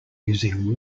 using